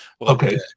Okay